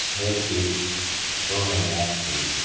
छः तीन दो हज़ार तेईस